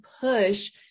push